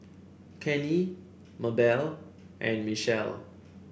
Kenny Mabelle and Michell